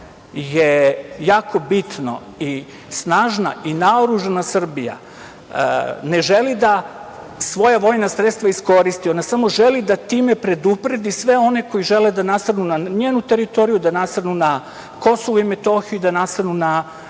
je jako bitno i snažna i naoružana Srbija ne želi da svoja vojna sredstva iskoristi. Ona samo želi da time predupredi sve one koji žele da nasrnu na njenu teritoriju, da nasrnu na Kosovo i Metohiju i da nasrnu na